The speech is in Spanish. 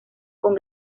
con